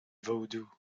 voodoo